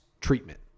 treatment